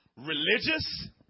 Religious